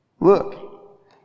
look